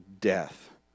death